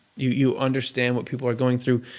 you you understand what people are going through.